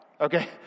Okay